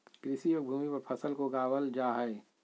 कृषि योग्य भूमि पर फसल के उगाबल जा हइ